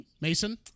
Mason